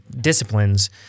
disciplines